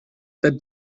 that